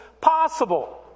possible